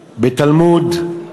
בתלמוד,